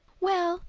well,